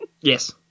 Yes